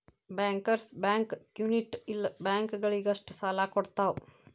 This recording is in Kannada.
ಬ್ಯಾಂಕರ್ಸ್ ಬ್ಯಾಂಕ್ ಕ್ಮ್ಯುನಿಟ್ ಇಲ್ಲ ಬ್ಯಾಂಕ ಗಳಿಗಷ್ಟ ಸಾಲಾ ಕೊಡ್ತಾವ